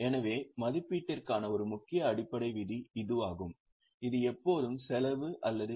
எனவே மதிப்பீட்டிற்கான ஒரு முக்கியமான அடிப்படை விதி இதுவாகும் இது எப்போதும் செலவு அல்லது என்